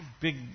big